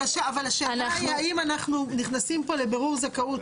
אבל השאלה היא האם אנחנו נכנסים פה לבירור זכאות.